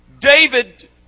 David